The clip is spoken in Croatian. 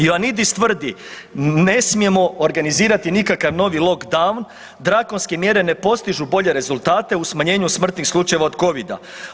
Ioannidis tvrdi, ne smijemo organizirati nikakav novi lockdown, drakonske mjere ne postižu bolje rezultate u smanjenju smrtnih slučajeva od Covida.